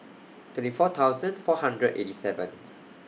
twenty four thousand four hundred eighty seven